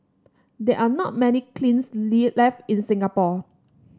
there are not many kilns lee left in Singapore